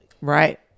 Right